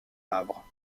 havre